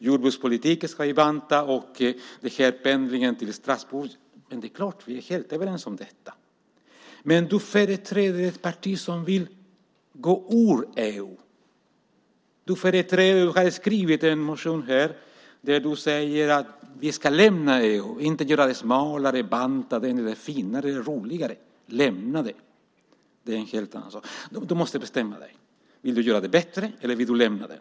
Jordbrukspolitiken ska bantas och pendlingen till Strasbourg ska bort, sade han. Det är vi helt överens om; det är klart. Men du företräder ett parti som vill gå ur EU. Du har ju skrivit en motion här där du säger att vi ska lämna EU, och inte göra det smalare, banta det eller göra det finare eller roligare. Du skriver att vi ska lämna EU, och det är en helt annan sak. Du måste bestämma dig. Vill du göra EU bättre eller vill du lämna EU?